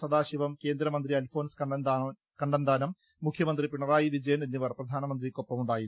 സദാശിവം കേന്ദ്ര മന്ത്രി അൽഫോൻസ് കണ്ണന്താനം മുഖ്യമന്ത്രി പിണറായി വിജയൻ എന്നിവർ പ്രധാനമന്ത്രി ക്കൊപ്പം ഉണ്ടായിരുന്നു